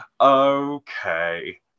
Okay